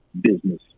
business